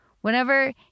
whenever